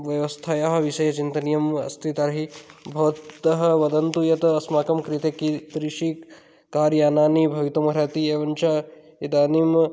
व्यवस्थायाः विषये चिन्तनीयमस्ति तर्हि भवन्तः वदन्तु यत् अस्माकं कृते कीदृशी कार्यानानि भवितुमर्हति एवञ्च इदानीं